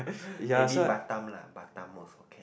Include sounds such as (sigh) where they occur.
(laughs) maybe Batam lah Batam also can